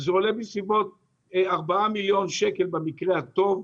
זה עולה בסביבות 4,000,000 ₪ במקרה הטוב,